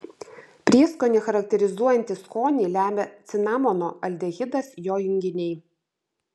prieskonį charakterizuojantį skonį lemia cinamono aldehidas jo junginiai